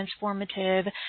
transformative